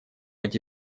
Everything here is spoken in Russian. эти